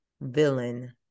villain